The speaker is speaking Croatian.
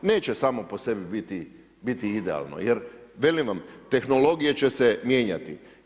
Neće samo po sebi biti idealno, jer velim vam tehnologije će se mijenjati.